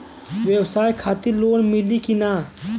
ब्यवसाय खातिर लोन मिली कि ना?